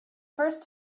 first